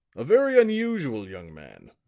a very unusual young man.